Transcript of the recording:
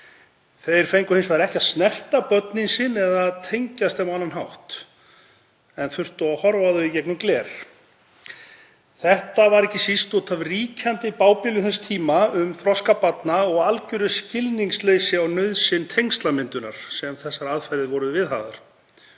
Þau fengu hins vegar ekki að snerta börnin sín eða tengjast þeim á annan hátt en þurftu að horfa á þau í gegnum gler. Þetta var ekki síst út af ríkjandi bábilju þess tíma um þroska barna og algeru skilningsleysi á nauðsyn tengslamyndunar sem þessar aðferðir voru viðhafðar.